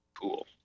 Cool